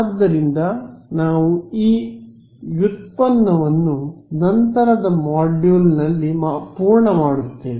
ಆದ್ದರಿಂದ ನಾವು ಈ ವ್ಯುತ್ಪನ್ನವನ್ನು ನಂತರದ ಮಾಡ್ಯೂಲ್ನಲ್ಲಿ ಪೂರ್ಣ ಮಾಡುತ್ತೇವೆ